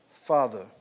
Father